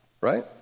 right